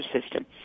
system